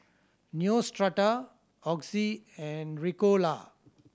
Neostrata Oxy and Ricola